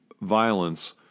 violence